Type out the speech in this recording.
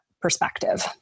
perspective